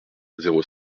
zéro